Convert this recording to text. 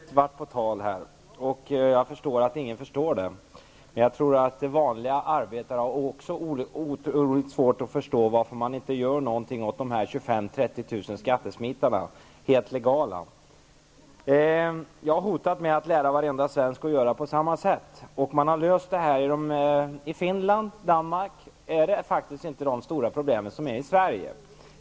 Herr talman! Tydligen har lägenhetsregistret varit på tal, och jag förstår att ingen förstår det. Men jag tror att vanliga arbetare också har otroligt svårt att förstå varför man inte gör någonting åt de 25 000-- Jag har hotat med att lära varenda svensk att göra på samma sätt. Man har löst det här i Finland och Danmark, och där finns faktiskt inte de stora problem som finns i Sverige.